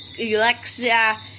Alexia